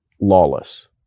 lawless